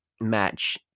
match